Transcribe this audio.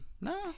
No